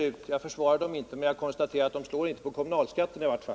Men jag konstaterar att de i varje fall inte påverkar kommunalskatten.